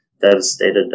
devastated